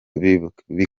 bikaba